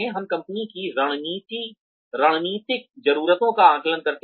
हम कंपनी की रणनीतिक ज़रूरतों का आकलन करते हैं